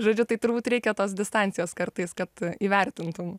žodžiu tai turbūt reikia tos distancijos kartais kad įvertintum